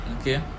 Okay